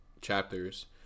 chapters